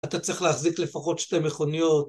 אתה צריך להחזיק לפחות שתי מכוניות.